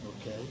Okay